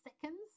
seconds